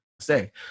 say